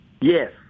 Yes